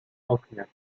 oknie